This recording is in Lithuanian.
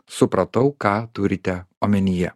supratau ką turite omenyje